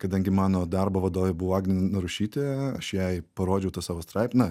kadangi mano darbo vadovė buvo agnė narušytė aš jai parodžiau tą savo straipsnį na